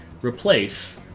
replace